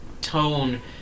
tone